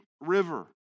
river